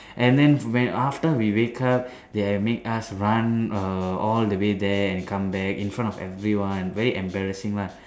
and then when after we wake up they make us run err all the way there and come back in front of everyone very embarrassing lah